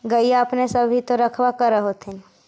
गईया अपने सब भी तो रखबा कर होत्थिन?